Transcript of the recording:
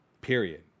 Period